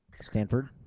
Stanford